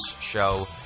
show